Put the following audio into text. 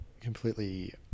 completely